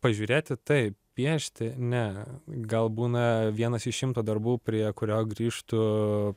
pažiūrėti taip piešti ne gal būna vienas iš šimto darbų prie kurio grįžtu